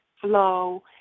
flow